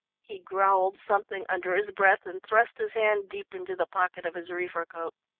he growled something under his breath and thrust his hand deep into the pocket of his reefer coat.